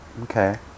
Okay